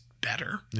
better